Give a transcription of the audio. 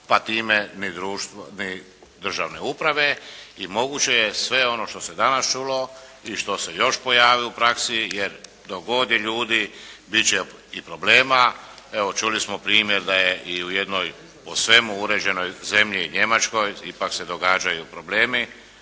pa time ni državne uprave. I moguće je sve ono što se danas čulo i što se još pojavi u praksi jer dok god je ljudi bit će i problema. Evo čuli smo primjer da je i u jednoj po svemu uređenoj zemlji Njemačkoj ipak se događaju problemi